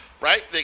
Right